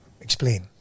explain